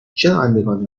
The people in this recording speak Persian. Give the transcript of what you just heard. شنوندگان